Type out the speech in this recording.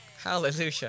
Hallelujah